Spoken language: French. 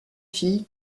fille